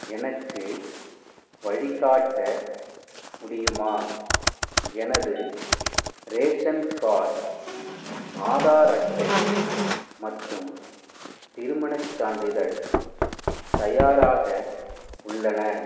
எனக்கு வழிகாட்ட முடியுமா எனது ரேஷன் கார்ட் ஆதார் அட்டை மற்றும் திருமணச் சான்றிதழ் தயாராக உள்ளன